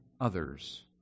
others